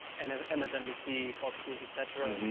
and ah msnbc, fox news, et cetera,